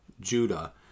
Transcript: Judah